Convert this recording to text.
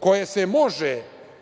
koje se